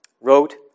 wrote